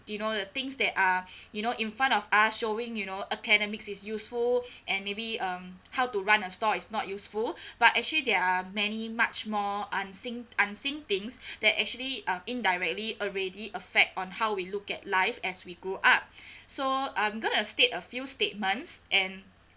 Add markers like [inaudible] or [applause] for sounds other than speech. you know the things that are [breath] you know in front of us showing you know academics is useful [breath] and maybe um how to run a store is not useful [breath] but actually there are many much more unseen unseen things [breath] that actually uh indirectly already effect on how we look at life as we grow up [breath] so I'm gonna estate a few statements and